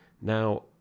now